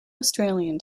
australian